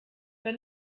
war